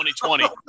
2020